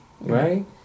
right